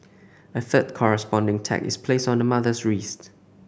a third corresponding tag is placed on the mother's wrist